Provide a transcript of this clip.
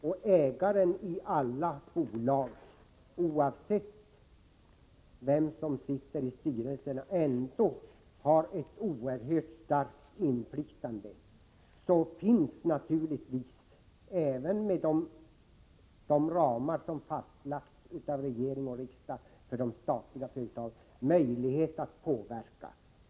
Och eftersom ägaren i alla bolag, oavsett vilka som sitter i styrelserna, har ett oerhört stort inflytande så finns naturligtvis, även med de ramar som fastlagts av riksdagen för de statliga företagen, möjligheter att påverka.